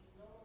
No